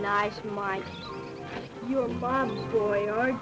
nice my boy